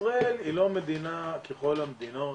ישראל היא לא מדינה ככל המדינות.